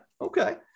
okay